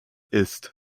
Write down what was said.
ist